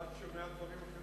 בג"ץ שומע דברים אחרים.